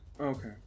Okay